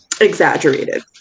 exaggerated